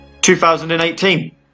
2018